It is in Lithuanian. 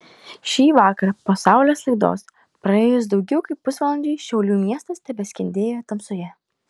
šįvakar po saulės laidos praėjus daugiau kaip pusvalandžiui šiaulių miestas tebeskendėjo tamsoje